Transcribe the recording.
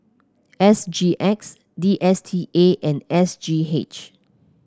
S G X D S T A and S G H